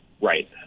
Right